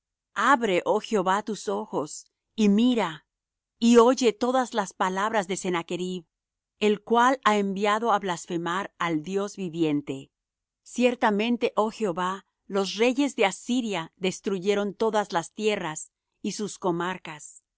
abre oh jehová tus ojos y mira y oye todas las palabras de sennachrib el cual ha enviado á blasfemar al dios viviente ciertamente oh jehová los reyes de asiria destruyeron todas las tierras y sus comarcas y